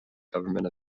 government